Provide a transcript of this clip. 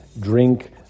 drink